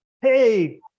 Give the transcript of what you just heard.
Hey